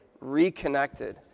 reconnected